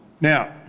Now